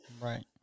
right